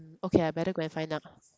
okay I better go and find out